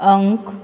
अंक